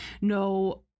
no